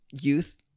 youth